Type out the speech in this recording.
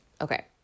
Okay